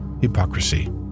Hypocrisy